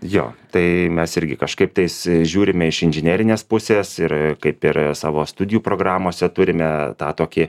jo tai mes irgi kažkaip tais žiūrime iš inžinerinės pusės ir kaip ir savo studijų programose turime tą tokį